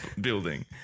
building